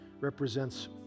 represents